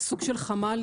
סוג של חמ"לים,